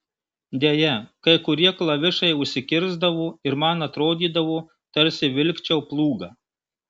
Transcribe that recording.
deja kai kurie klavišai užsikirsdavo ir man atrodydavo tarsi vilkčiau plūgą